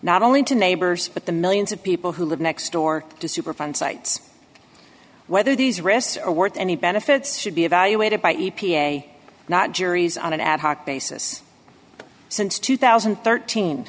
not only to neighbors but the millions of people who live next door to superfund sites whether these risks are worth any benefits should be evaluated by e p a not juries on an ad hoc basis since two thousand and thirteen